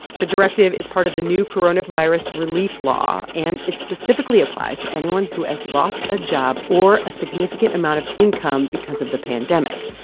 the directive is part of the new coronavirus relief law, and it specifically applies to anyone who has lost a job or a significant amount of income because of the pandemic.